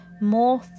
more